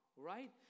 Right